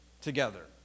together